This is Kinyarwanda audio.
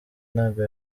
ntago